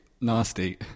nasty